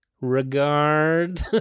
regard